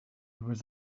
was